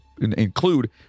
include